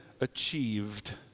achieved